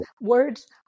words